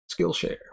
Skillshare